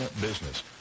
business